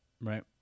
Right